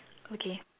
okay